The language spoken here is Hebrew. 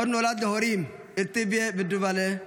אור נולד להורים ארתביה ודובלה,